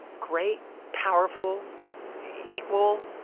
great, powerful equal,